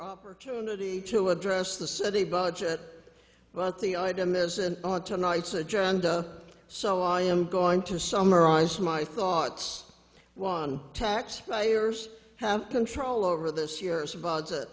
opportunity to address the city budget but the item isn't on tonight's agenda so i am going to summarize my thoughts one taxpayers have control over this year